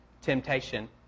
temptation